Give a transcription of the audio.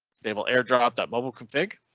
disable airdrop that mobile config.